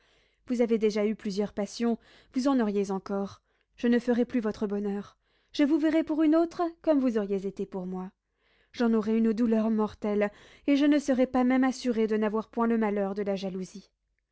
vous avez déjà eu plusieurs passions vous en auriez encore je ne ferais plus votre bonheur je vous verrais pour une autre comme vous auriez été pour moi j'en aurais une douleur mortelle et je ne serais pas même assurée de n'avoir point le malheur de la jalousie